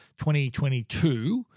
2022